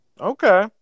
Okay